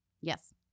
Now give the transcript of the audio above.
Yes